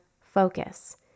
focus